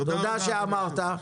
תודה שאמרת,